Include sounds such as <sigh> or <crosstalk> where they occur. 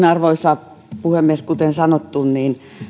<unintelligible> arvoisa puhemies kuten sanottu niin